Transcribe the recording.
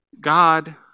God